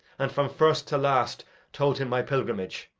and from first to last told him my pilgrimage.